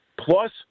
plus